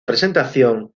presentación